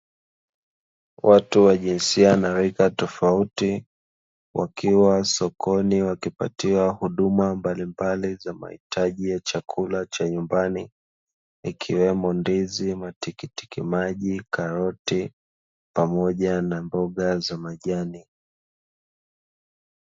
Watu wa jinsia na rika tofauti, wakiwa sokoni, wakipatiwa huduma mbalimbali za mahitaji ya chakula cha nyumbani, ikiwemo: ndizi, matikiti maji, karoti pamoja na mboga za majani.